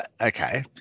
okay